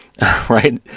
right